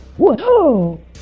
Whoa